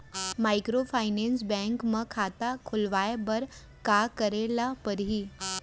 Microfinance bank म खाता खोलवाय बर का करे ल परही?